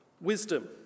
wisdom